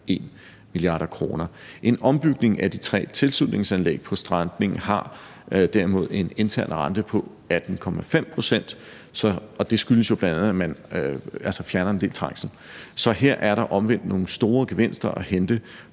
3,1 mia. kr. En ombygning af de tre tilslutningsanlæg på strækningen har derimod en intern rente på 18,5 pct., og det skyldes jo bl.a., at man fjerner en del trængsel. Så her er der omvendt nogle store gevinster at hente